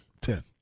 Ten